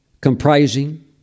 comprising